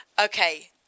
okay